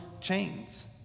chains